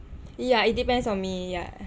ya it depends on me ya